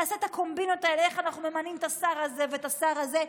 תעשה את הקומבינות האלה איך אנחנו ממנים את השר הזה ואת השר הזה,